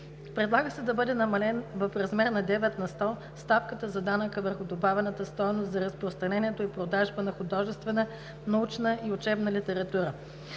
Предлага се да бъде намалена в размер на 9 на сто ставката на данъка върху добавената стойност за разпространение и продажба на художествена, научна и учебна литература.